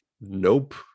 Nope